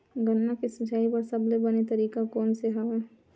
गन्ना के सिंचाई बर सबले बने तरीका कोन से हवय?